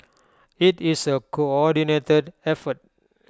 IT is A coordinated effort